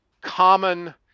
common